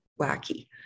wacky